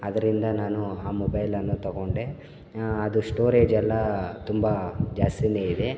ಅದರಿಂದ ನಾನು ಆ ಮೊಬೈಲನ್ನು ತಗೊಂಡೆ ಅದು ಸ್ಟೋರೆಜೆಲ್ಲ ತುಂಬ ಜಾಸ್ತಿ ಇದೆ